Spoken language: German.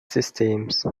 systems